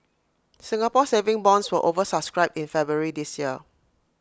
Singapore saving bonds were over subscribed in February this year